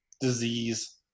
disease